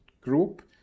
group